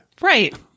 Right